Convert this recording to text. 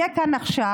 יהיה כאן עכשיו,